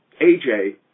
AJ